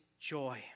joy